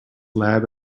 lab